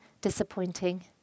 disappointing